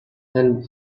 and